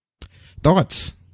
Thoughts